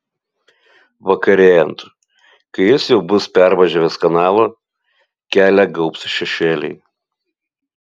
vakarėjant kai jis jau bus pervažiavęs kanalą kelią gaubs šešėliai